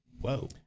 Whoa